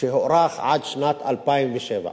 שהוארך עד שנת 2007,